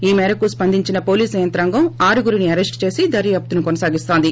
ఈ మేరకు స్సందించీన పోలీస్ యంత్రాంగం ఆరుగురిని అరెస్టు చేసి దర్యాప్తు కొనసాగిన్తోంది